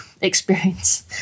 experience